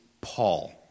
Paul